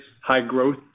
high-growth